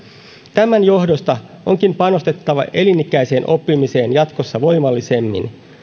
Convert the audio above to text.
tämän johdosta onkin panostettava elinikäiseen oppimiseen jatkossa voimallisemmin